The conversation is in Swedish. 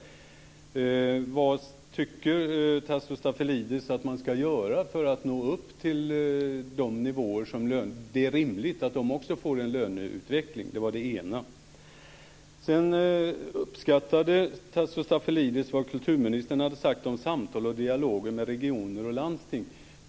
Vad tycker Tasso Stafilidis att man ska göra för att nå upp till rimliga nivåer? Sedan uppskattade Tasso Stafilidis det som kulturministern sade om samtal och dialoger med regioner och landsting.